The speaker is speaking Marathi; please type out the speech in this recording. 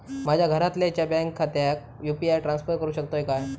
माझ्या घरातल्याच्या बँक खात्यात यू.पी.आय ट्रान्स्फर करुक शकतय काय?